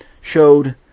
showed